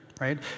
right